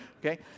Okay